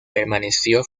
permaneció